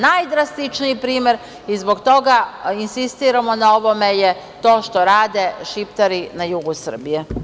Najdrastičniji primer i zbog toga insistiramo na ovome je to što rade Šiptari na jugu Srbije.